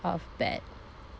of bad